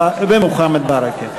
ומוחמד ברכה.